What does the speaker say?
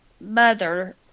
mother